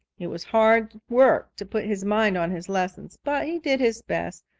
it was hard work to put his mind on his lessons, but he did his best,